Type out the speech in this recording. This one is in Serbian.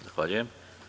Zahvaljujem.